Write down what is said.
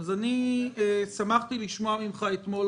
אז אני שמחתי לשמוע ממך אתמול,